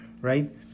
right